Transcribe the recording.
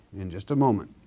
in just a moment.